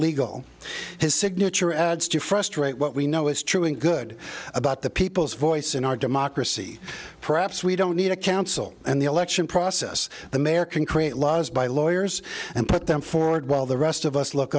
legal his signature adds to frustrate what we know is true and good about the people's voice in our democracy perhaps we don't need a council and the election process the mayor can create laws by lawyers and put them forward while the rest of us look